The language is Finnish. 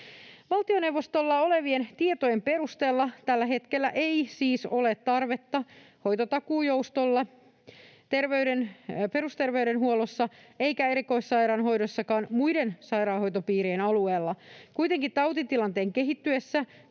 Valtioneuvostolla olevien tietojen perusteella tällä hetkellä ei siis ole tarvetta hoitotakuujoustolle perusterveydenhuollossa eikä erikoissairaanhoidossakaan muiden sairaanhoitopiirien alueilla. Kuitenkin tautitilanteen kehittyessä